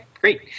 great